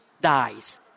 dies